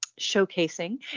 showcasing